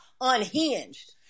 unhinged